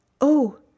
Oh